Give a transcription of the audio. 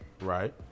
right